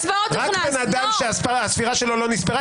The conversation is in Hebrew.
--- רק בן אדם שהספירה שלו לא נכנסה,